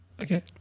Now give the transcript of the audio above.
Okay